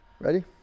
Ready